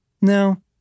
No